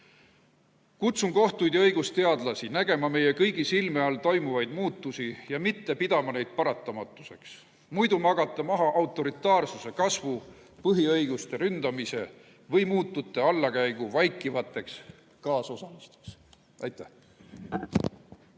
Kutsun kohtuid ja õigusteadlasi üles nägema meie kõigi silme all toimuvaid muutusi ja mitte pidama neid paratamatuseks. Muidu magate maha autoritaarsuse kasvu, põhiõiguste ründamise või muutute allakäigu vaikivateks kaasosalisteks. Aitäh!